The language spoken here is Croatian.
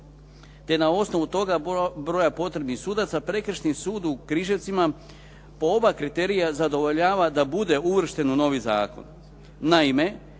te na osnovu toga broja potrebnih sudaca, Prekršajni sud u Križevcima po oba kriterija zadovoljava da bude uvršten u novi zakon. Naime,